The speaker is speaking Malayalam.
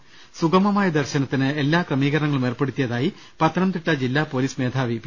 ് സുഗമമായ ദർശനത്തിന് എല്ലാ ക്രമീകരണങ്ങളും ഏർപ്പെടുത്തിയ തായി പത്തനംതിട്ട ജില്ലാ പൊലീസ് മേധാവി പി